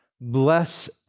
Bless